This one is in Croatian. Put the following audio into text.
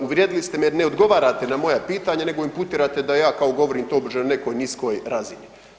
Uvrijedili ste me jer ne odgovarate na moja pitanja nego imputirate da ja kao govorim tobože na nekoj niskoj razini.